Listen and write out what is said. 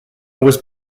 was